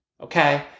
okay